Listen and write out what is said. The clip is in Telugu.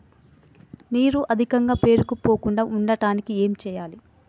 నీరు అధికంగా పేరుకుపోకుండా ఉండటానికి ఏం చేయాలి?